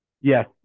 Yes